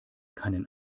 keinen